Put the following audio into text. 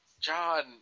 John